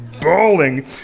bawling